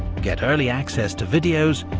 get early access to videos,